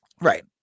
right